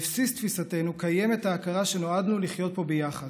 בבסיס תפיסתנו קיימת ההכרה שנועדנו לחיות פה ביחד.